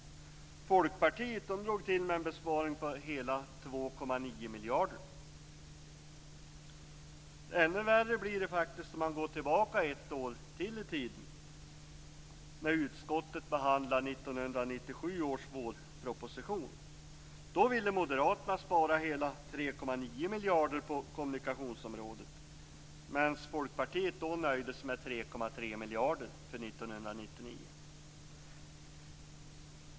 Folkpartiet drog till med en besparing på hela Än värre blir det faktiskt om man går tillbaka ännu ett år i tiden, till när utskottet behandlade 1997 års vårproposition. Då ville Moderaterna spara hela Folkpartiet då nöjde sig med 3,3 miljarder för 1999.